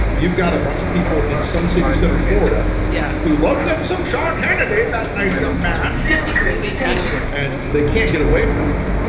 you've got a bunch of people in sun city center, florida yeah, you love them some sean hannity, that nice young man clean-cut and they can't get away from him.